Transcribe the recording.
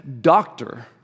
doctor